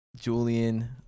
Julian